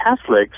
Catholics